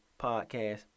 podcast